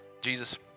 Jesus